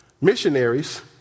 missionaries